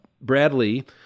Bradley